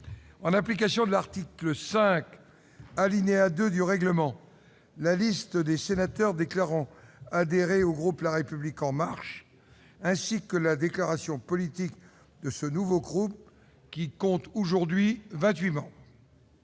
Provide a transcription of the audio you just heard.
en application de l'article 5, alinéa 2, du règlement, la liste des sénateurs déclarant adhérer au groupe La République en marche, ainsi que la déclaration politique de ce nouveau groupe, qui compte vingt-huit membres.